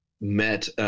met